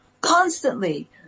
constantly